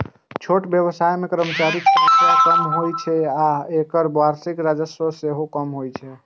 छोट व्यवसाय मे कर्मचारीक संख्या कम होइ छै आ एकर वार्षिक राजस्व सेहो कम होइ छै